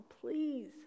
please